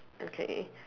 okay